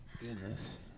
goodness